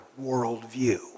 worldview